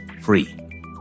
free